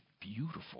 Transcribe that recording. beautiful